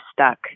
stuck